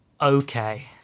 okay